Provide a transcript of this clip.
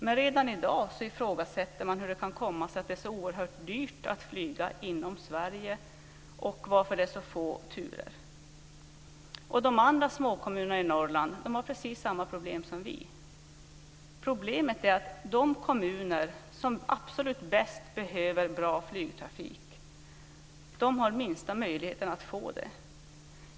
Men redan i dag ifrågasätter man hur det kan komma sig att det är så oerhört dyrt att flyga inom Sverige och varför det är så få turer. De andra småkommunerna i Norrland har precis samma problem som vi. Problemet är att de kommuner som allra mest behöver en bra flygtrafik har den minsta möjligheten att få en sådan.